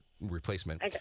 replacement